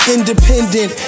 Independent